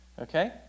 okay